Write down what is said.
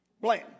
Blame